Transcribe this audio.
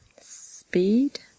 Speed